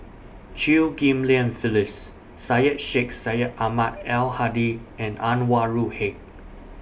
Chew Ghim Lian Phyllis Syed Sheikh Syed Ahmad Al Hadi and Anwarul Haque